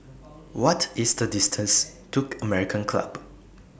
What IS The distance to American Club